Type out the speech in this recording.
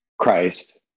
Christ